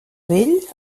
vell